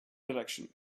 direction